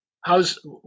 how's